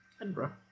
Edinburgh